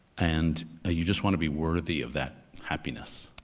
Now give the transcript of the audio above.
and ah you just want to be worthy of that happiness,